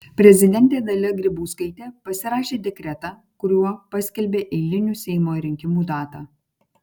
prezidentė dalia grybauskaitė pasirašė dekretą kuriuo paskelbė eilinių seimo rinkimų datą